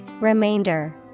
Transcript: Remainder